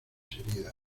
heridas